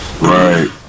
Right